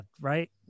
right